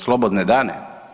Slobodne dane.